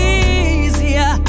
easier